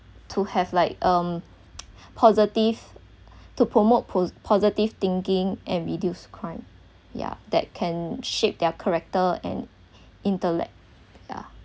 to have like um positive to promote pos~ positive thinking and reduce crime yeah that can shape their character and intellect ya